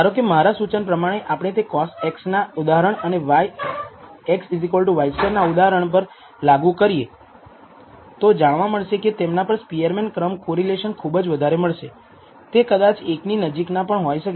ધારોકે મારા સૂચન પ્રમાણે આપણે તે cos x ના ઉદાહરણ અને x y2 ના ઉદાહરણ પર લાગુ કરીએ તો જાણવા મળશે કે તેમના માટે સ્પીઅરમેન ક્રમ કોરિલેશન ખૂબ જ વધારે મળશે તે કદાચ 1 ની નજીક ના પણ હોઈ શકે